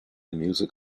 music